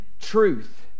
truth